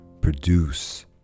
produce